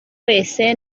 wese